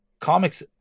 Comics